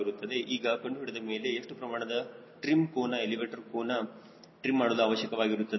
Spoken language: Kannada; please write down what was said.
ಈಗಕಂಡುಹಿಡಿದ ಮೇಲೆ ಎಷ್ಟು ಪ್ರಮಾಣದ ಟ್ರಿಮ್ ಕೋನ ಎಲಿವೇಟರ್ ಕೋನ ಟ್ರಿಮ್ ಮಾಡಲು ಅವಶ್ಯಕವಾಗಿರುತ್ತದೆ